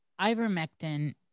Ivermectin